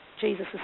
Jesus